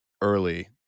early